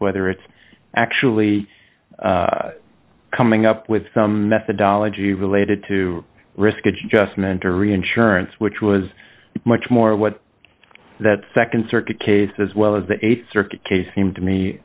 whether it's actually coming up with some methodology related to risk adjustment or reinsurance which was much more what that nd circuit case as well as the th circuit case seemed to me